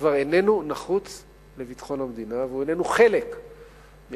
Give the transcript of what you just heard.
כבר איננו נחוץ לביטחון המדינה והוא איננו חלק מהקונספציה